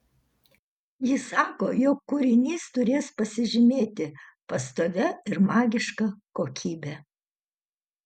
jis sako jog kūrinys turės pasižymėti pastovia ir magiška kokybe